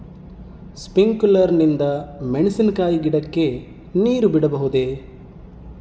Sprinkler ನಿಂದ ಮೆಣಸಿನಕಾಯಿ ಗಿಡಕ್ಕೆ ನೇರು ಬಿಡಬಹುದೆ?